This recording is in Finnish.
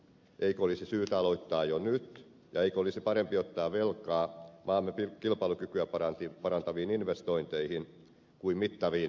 eikö olisi syytä aloittaa jo nyt ja eikö olisi parempi ottaa velkaa maamme kilpailukykyä parantaviin investointeihin kuin mittaviin veronkevennyksiin